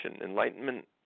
Enlightenment